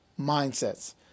Mindsets